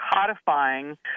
codifying